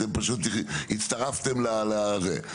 אתם פשוט הצטרפתם לזה.